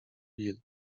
bill